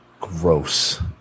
gross